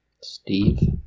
Steve